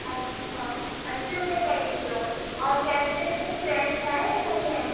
اچھا اَسی روپے کا ایک کلو اور کیسے ہیں بھائی فریش ہیں یا نہیں ہیں